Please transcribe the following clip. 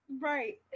Right